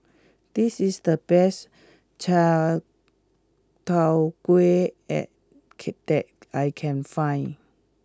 this is the best Chai Tow Kuay at that I can find